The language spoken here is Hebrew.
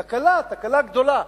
תקלה, תקלה גדולה.